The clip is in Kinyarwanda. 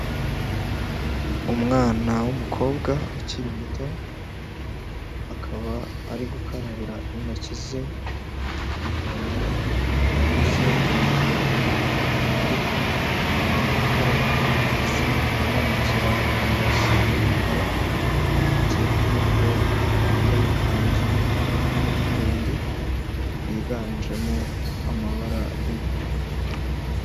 Umwana w'umukobwa ukiri muto akaba ari gukarabira intoki ze ku ivomero cyangwa se ku itiyo ariko ari gukaraba amazi amanukira mu ibase y'umukara ikindi ni uko yambaye ikanzu yo mu gitenge yiganjemo amabara y'umutuku.